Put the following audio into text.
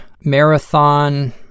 marathon